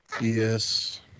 Yes